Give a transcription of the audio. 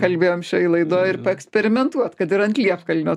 kalbėjom šioj laidoj ir paeksperimentuot kad ir ant liepkalnio